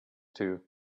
two